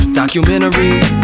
documentaries